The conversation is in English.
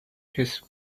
his